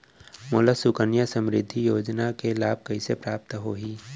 मोला सुकन्या समृद्धि योजना के लाभ कइसे प्राप्त होही?